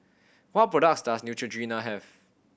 what products does Neutrogena have